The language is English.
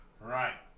right